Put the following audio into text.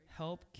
help